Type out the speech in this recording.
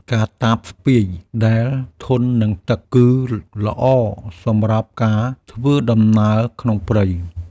កាតាបស្ពាយដែលធន់នឹងទឹក កឺល្អសម្រាប់ការធ្វើដំណើរក្នុងព្រៃ។